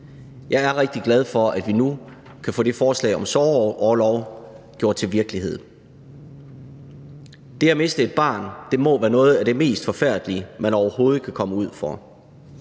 Jeg er rigtig glad for, at vi nu kan få forslaget om sorgorlov gjort til virkelighed. Det at miste et barn må være noget af det mest forfærdelige, man overhovedet kan komme ud for.